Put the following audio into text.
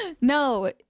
No